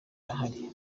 ihari